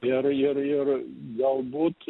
ir ir ir galbūt